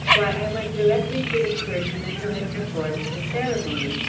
why, i went directly to the clergyman who had performed the ceremony.